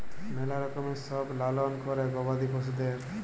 ম্যালা রকমের সব লালল ক্যরে গবাদি পশুদের